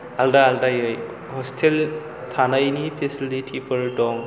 आलादा आलादायै हस्टेल थानायनि फेसिलिथिफोर दं